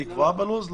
היא קבועה בלו"ז?